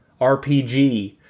RPG